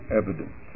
evidence